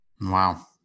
Wow